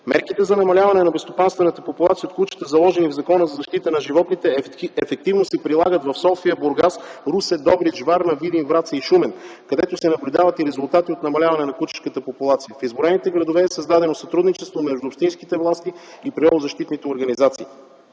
Мерките за намаляване на безстопанствената популация от кучета, заложени в Закона за защита на животните, ефективно се прилага в София, Бургас, Русе, Добрич, Варна, Видин, Враца и Шумен, където се наблюдават и резултати от намаляване на кучешката популация. В изброените градове е създадено сътрудничество между общинските власти и природозащитните организации.